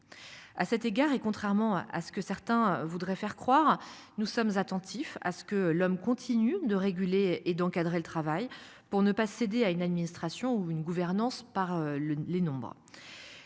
À cet égard et contrairement à ce que certains voudraient faire croire, nous sommes attentifs à ce que l'homme continue de réguler et d'encadrer le travail pour ne pas céder à une administration ou une gouvernance par le les nombreux.